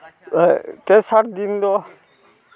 ᱛᱮᱥᱟᱨ ᱫᱤᱱ ᱫᱚ